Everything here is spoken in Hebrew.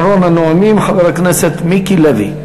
אחרון הנואמים, חבר הכנסת מיקי לוי.